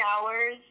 hours